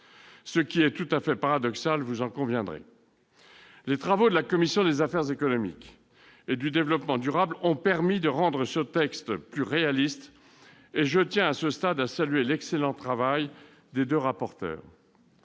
ce qui est tout à fait paradoxal, vous en conviendrez. Les travaux de la commission des affaires économiques ont permis de rendre ce texte plus réaliste. Je tiens à ce stade à saluer l'excellent travail des deux rapporteurs.